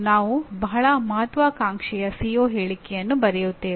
ನಾವು ಅದನ್ನು ಕುಟುಂಬ ಎಂದು ಏಕೆ ಕರೆಯಲು ಬಯಸುತ್ತೇವೆ